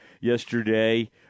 yesterday